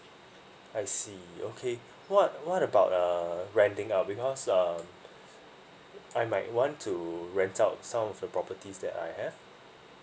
I see okay what what about uh renting out because um I might want to rent out some of the properties that I have